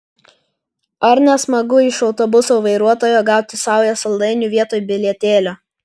ar ne smagu iš autobuso vairuotojo gauti saują saldainių vietoj bilietėlio